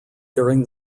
during